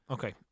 Okay